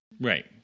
right